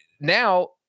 now